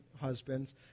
husbands